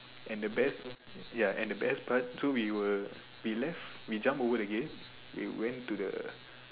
and the best ya and the best part so we were we left we jump over the gate we went to the